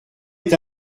est